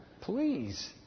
Please